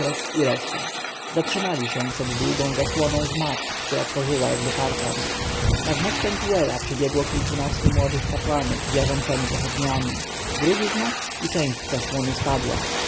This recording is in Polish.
i reszta kapłanów zatrzymali się przed długą zasłoną z mat która tworzyła jakby parkan na znak pentuera przybiegło kilkunastu młodych kapłanów z jarzącemi pochodniami drugi znak i część zasłony spadła